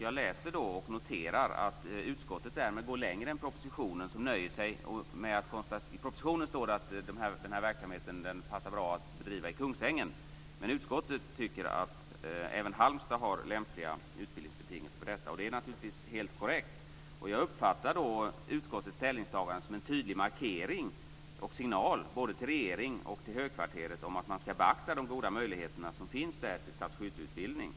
Jag noterar att utskottet går längre med propositionen, där det står att det passar bra att bedriva den här verksamheten i Kungsängen, men utskottet tycker att även Halmstad har lämpliga utbildningsbetingelser för detta. Det är naturligtvis helt korrekt. Jag uppfattar utskottets ställningstagande som en tydlig markering och som en signal både till regeringen och till högkvarteret att man ska beakta de goda möjligheter som finns där till stadsskytteutbildning.